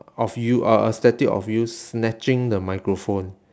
of you uh a statue of you snatching the microphone